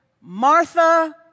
Martha